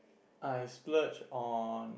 I splurge on